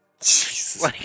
Jesus